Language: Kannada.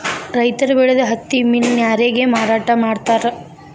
ರೈತರ ಬೆಳದ ಹತ್ತಿ ಮಿಲ್ ನ್ಯಾರಗೆ ಮಾರಾಟಾ ಮಾಡ್ತಾರ